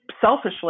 selfishly